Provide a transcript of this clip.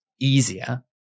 easier